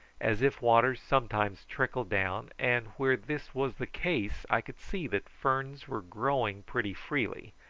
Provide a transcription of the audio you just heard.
as if water sometimes trickled down, and where this was the case i could see that ferns were growing pretty freely,